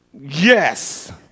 yes